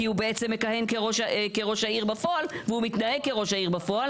כי הוא בעצם מכהן כראש העיר בפועל והוא מתנהג כראש העיר בפועל